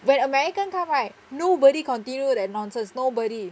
when american come right nobody continued that nonsense nobody